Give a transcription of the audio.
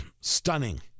stunning